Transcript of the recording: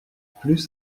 plus